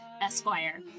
Esquire